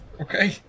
okay